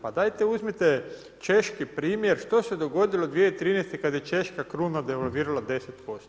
Pa dajte uzmite češki primjer, što se dogodilo 2013. kada je češka kruna devalvirala 10%